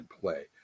play